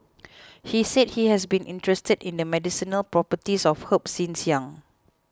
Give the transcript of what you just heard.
he said he has been interested in the medicinal properties of herbs since young